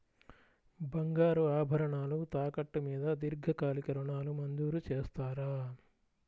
బంగారు ఆభరణాలు తాకట్టు మీద దీర్ఘకాలిక ఋణాలు మంజూరు చేస్తారా?